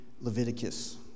Leviticus